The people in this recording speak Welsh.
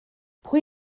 pwy